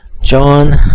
John